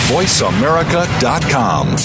VoiceAmerica.com